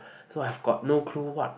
so I've got no clue what